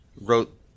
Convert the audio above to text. wrote